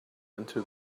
into